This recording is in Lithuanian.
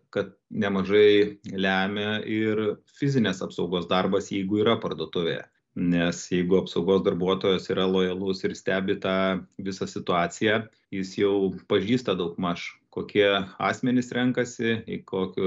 kad nemažai lemia ir fizinės apsaugos darbas jeigu yra parduotuvėje nes jeigu apsaugos darbuotojas yra lojalus ir stebi tą visą situaciją jis jau pažįsta daugmaž kokie asmenys renkasi į kokį